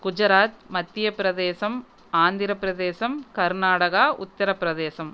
Gujarat Madhya Pradesh Andhra Pradesh Karnataka Uttar Pradesh